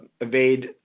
evade